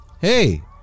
Hey